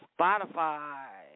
Spotify